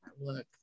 look